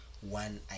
one